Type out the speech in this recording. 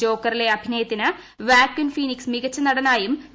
ജോക്കറിലെ അഭിനയത്തിന് Joaquin Phoenix മികച്ച നടനായും നേടി